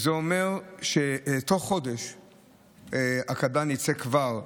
זה אומר שבתוך חודש הקבלן יצא כבר,